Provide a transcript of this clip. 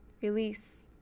Release